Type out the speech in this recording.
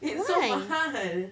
it's so mahal